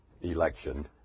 election